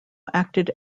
acted